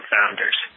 Founders